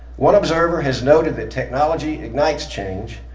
one observer has noted that technology ignites change,